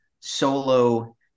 solo